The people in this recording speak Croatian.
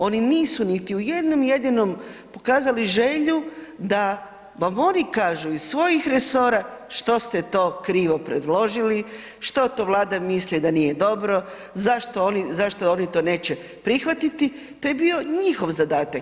Oni nisu niti u jednom jedinom pokazali želju da vam oni kažu iz svojih resora što ste to krivo predložili, što to Vlada misli da nije dobro, zašto oni, zašto oni to neće prihvatiti, to je bio njihov zadatak.